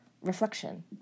reflection